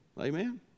Amen